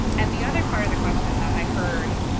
and the other part of the question that i heard,